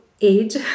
age